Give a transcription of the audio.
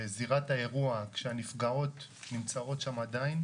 לזירת האירוע כאשר הנפגעות נמצאות שם עדיין.